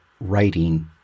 writing